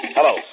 Hello